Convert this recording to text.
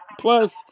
plus